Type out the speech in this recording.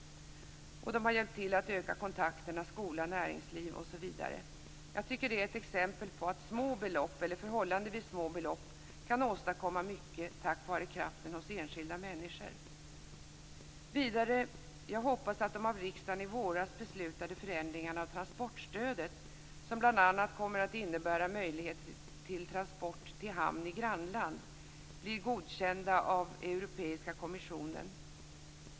De har hjälpt till med att öka kontakterna skolanäringsliv osv. Jag tycker att det här är exempel på att förhållandevis små belopp kan åstadkomma mycket tack vare kraften hos enskilda människor. Vidare: Jag hoppas att de av riksdagen i våras beslutade förändringarna av transportstödet, som bl.a. kommer att innebära möjlighet till transport till hamn i grannland, blir godkända av Europeiska kommissionen.